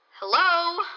Hello